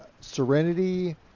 Serenity